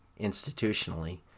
institutionally